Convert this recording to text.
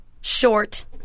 short